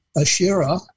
Asherah